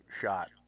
shot